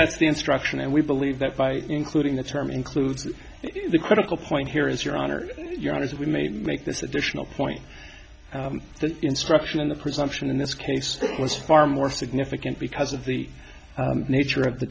that's the instruction and we believe that by including the term includes the critical point here is your honor your honor to be made to make this additional point the instruction in the presumption in this case was far more significant because of the nature of the